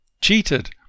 cheated